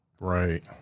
Right